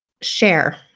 share